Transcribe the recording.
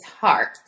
heart